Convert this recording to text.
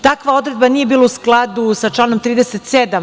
Takva odredba nije bila u skladu sa članom 37.